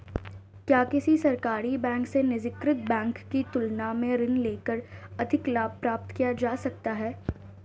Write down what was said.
क्या किसी सरकारी बैंक से निजीकृत बैंक की तुलना में ऋण लेकर अधिक लाभ प्राप्त किया जा सकता है?